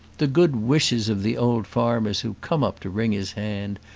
the good wishes of the old farmers who come up to wring his hand,